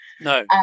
No